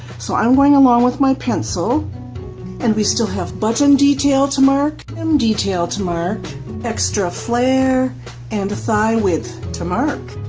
so i'm going along with my pencil and we still have button detail to mark and detail to mark extra flare and thigh width to mark.